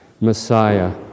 Messiah